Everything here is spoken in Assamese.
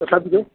তথাপিতো